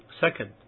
Second